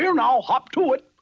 you know hop to it!